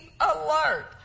alert